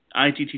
ITT